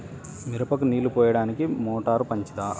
మిరపకు నీళ్ళు పోయడానికి మోటారు మంచిదా?